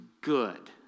good